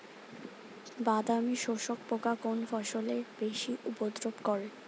বাদামি শোষক পোকা কোন ফসলে বেশি উপদ্রব করে?